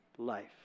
Life